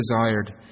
desired